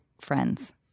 friends